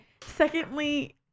secondly